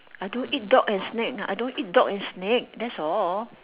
I don't eat dog and snake I don't eat dog and snake that's all